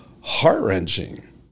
heart-wrenching